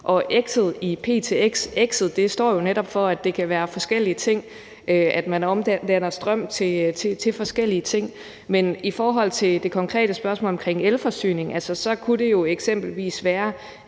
Og x'et i ptx står jo netop for, at det kan være forskellige ting – at man omdanner strøm til forskellige ting. Men i forhold til det konkrete spørgsmål om elforsyning kunne det jo eksempelvis være,